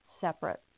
separate